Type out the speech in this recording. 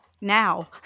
now